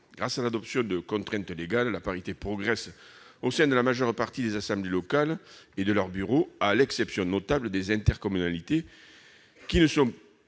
Grâce à l'adoption de contraintes légales, la parité progresse au sein de la majeure partie des assemblées locales et de leurs bureaux, à l'exception notable des intercommunalités, qui ne sont